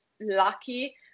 lucky